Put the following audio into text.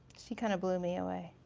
she kinda blew me away.